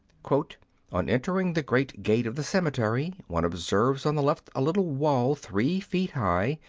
on enter ing the great gate of the cemetery, one observes on the left a little wall three feet high,